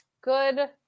Good